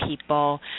people